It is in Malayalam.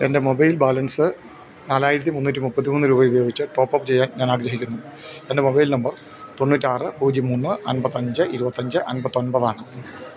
എൻ്റെ മൊബൈൽ ബാലൻസ് നാലായിരത്തി മുന്നൂറ്റിമുപ്പത്തിമൂന്ന് രൂപ ഉപയോഗിച്ച് ടോപ്പ് അപ്പ് ചെയ്യാൻ ഞാൻ ആഗ്രഹിക്കുന്നു എൻ്റെ മൊബൈൽ നമ്പർ തൊണ്ണൂറ്റിയാറ് പൂജ്യം മൂന്ന് അൻപത്തിയഞ്ച് ഇരുപത്തിയഞ്ച് അമ്പത്തിയൊമ്പത് ആണ്